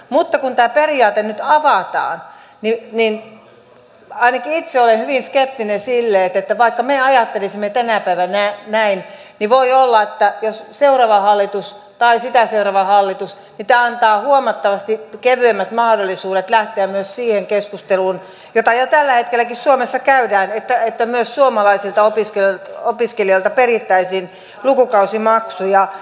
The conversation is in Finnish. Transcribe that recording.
mutta kun tämä periaate nyt avataan niin ainakin itse olen hyvin skeptinen sille että vaikka me ajattelisimme tänä päivänä näin niin voi olla että seuraavalle hallitukselle tai sitä seuraavalle hallitukselle tämä antaa huomattavasti kevyemmät mahdollisuudet lähteä myös siihen keskusteluun jota jo tällä hetkelläkin suomessa käydään että myös suomalaisilta opiskelijoilta perittäisiin lukukausimaksuja